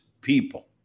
people